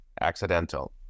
accidental